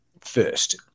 first